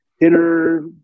dinner